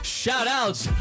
shoutouts